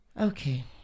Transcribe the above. Okay